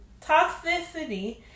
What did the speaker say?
toxicity